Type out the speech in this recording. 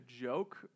joke